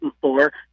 four